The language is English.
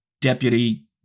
deputy